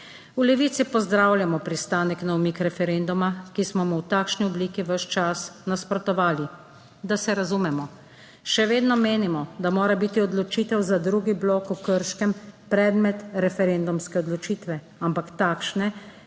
V Levici pozdravljamo pristanek na umik referenduma, ki smo mu v takšni obliki ves čas nasprotovali. Da se razumemo, še vedno menimo, da mora biti odločitev za drugi blok v Krškem predmet referendumske odločitve, ampak takšne,